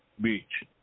beach